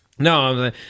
No